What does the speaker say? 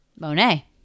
Monet